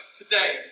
today